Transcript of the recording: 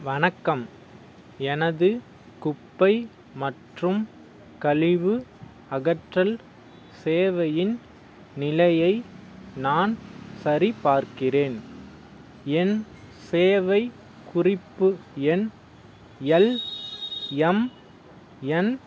வணக்கம் எனது குப்பை மற்றும் கழிவு அகற்றல் சேவையின் நிலையை நான் சரிபார்க்கிறேன் என் சேவை குறிப்பு எண் எல் எம் என்